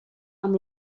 amb